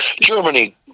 Germany